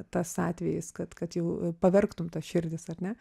tas atvejis kad kad jau pavergtum tas širdis ar ne